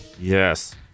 Yes